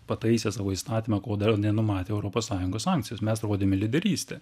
pataisė savo įstatymą ko dar nenumatė europos sąjungos sankcijos mes rodėme lyderystę